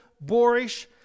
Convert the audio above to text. boorish